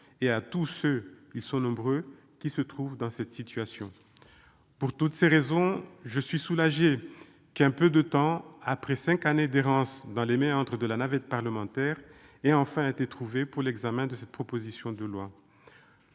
et à tous ceux- ils sont nombreux -qui se trouvent dans une situation analogue. Pour toutes ces raisons, je suis soulagé qu'un peu de temps, après cinq années d'errance dans les méandres de la navette parlementaire, ait enfin été trouvé pour l'examen de cette proposition de loi.